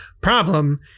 problem